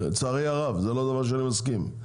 לצערי הרב, זה לא דבר שאני מסכים איתו.